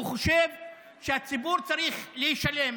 הוא חושב שהציבור צריך לשלם,